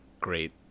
great